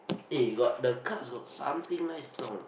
eh got the cards got something nice to talk or not